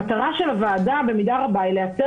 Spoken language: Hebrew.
המטרה של הוועדה במידה רבה היא לייצר